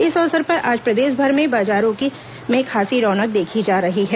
इस अवसर पर आज प्रदेशभर के बाजारों में खासी रौनक देखी जा रही है